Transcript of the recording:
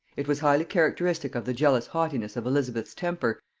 it was highly characteristic of the jealous haughtiness of elizabeth's temper,